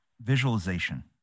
visualization